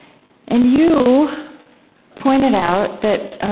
and you pointed out that, ah,